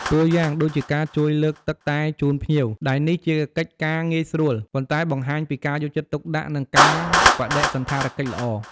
តួយ៉ាងដូចជាការជួយលើកទឹកតែជូនភ្ញៀវ ដែលនេះជាកិច្ចការងាយស្រួល ប៉ុន្តែបង្ហាញពីការយកចិត្តទុកដាក់ និងការបដិសណ្ឋារកិច្ចល្អ។